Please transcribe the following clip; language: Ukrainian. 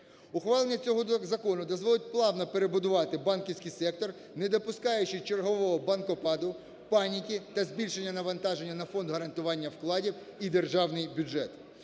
Ухвалення цього закону дозволить плавно перебудувати банківський сектор, не допускаючи чергового банкопаду, паніки та збільшення навантаження на Фонд гарантування вкладів і державний бюджет.